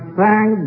thank